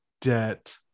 debt